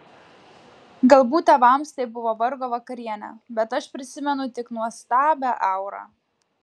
galbūt tėvams tai buvo vargo vakarienė bet aš prisimenu tik nuostabią aurą